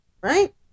Right